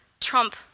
trump